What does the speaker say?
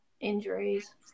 injuries